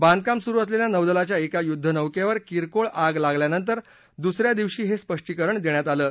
बांधकाम सुरू असलेल्या नौदलाच्या एका युद्धनौकेवर किरकोळ आग लागल्यानंतर दुसऱ्या दिवशी हे स्पष्टीकरण देण्यात आलं आहे